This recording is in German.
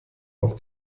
auf